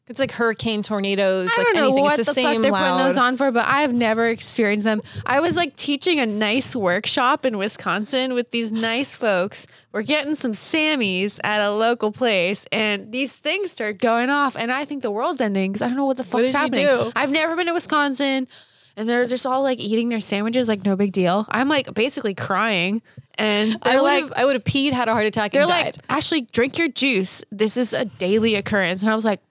It's like hurricane tornadoes, I like don't know anything. It's what the the fuck same they're putting those loud. on for, but I have never experienced them. I was, like, teaching a nice workshop in Wisconsin with these nice folks. We're getting some Sammies at a local place, and these things start going off, and I think the world's ending, 'cause I don't know what the What fuck's did you happening. do? I've never been to Wisconsin, and they're just all, like, eating their sandwiches, like, no big deal. I'm, like, basically crying, and I they're, would've- like- I would've peed, had a heart attack, and They're, like, died. "Ashley, drink your juice. This is a daily occurrence," and I was, like,